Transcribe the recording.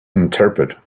interpret